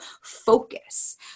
focus